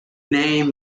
name